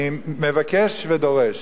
אני מבקש ודורש